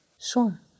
sure